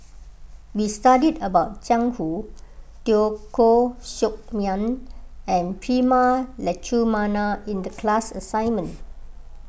we studied about Jiang Hu Teo Koh Sock Miang and Prema Letchumanan in the class assignment